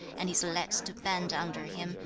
and his legs to bend under him,